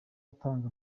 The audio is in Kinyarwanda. atanga